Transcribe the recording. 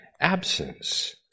absence